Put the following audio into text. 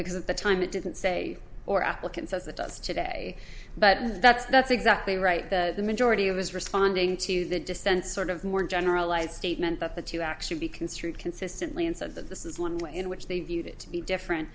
because at the time it didn't say or applicant says it does today but that's that's exactly right the majority of his responding to the dissent sort of more generalized statement that the two actually be construed consistently and said that this is one way in which they view that to be different